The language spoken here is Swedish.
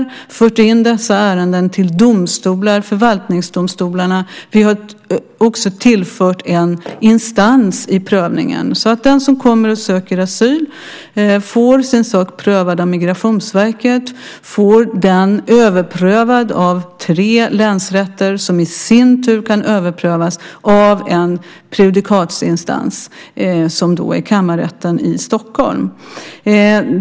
Vi har fört in dessa ärenden till domstolar, förvaltningsdomstolar, och också tillfört en instans i prövningen så att den som kommer och söker asyl får sin sak prövad av Migrationsverket och får den överprövad av tre länsrätter som i sin tur kan överprövas av en prejudikatsinstans, Kammarrätten i Stockholm.